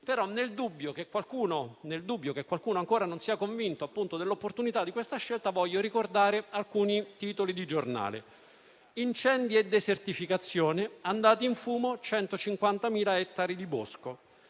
nel dubbio che qualcuno ancora non sia convinto dell'opportunità di questa scelta, voglio ricordare alcuni titoli di giornale: «Incendi e desertificazione. Andati in fumo 150.000 ettari di bosco».